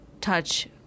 touch